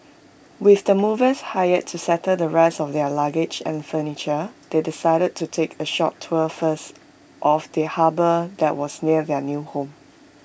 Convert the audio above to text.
with the movers hired to settle the rest of their luggage and furniture they decided to take A short tour first of the harbour that was near their new home